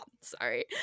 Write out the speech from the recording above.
sorry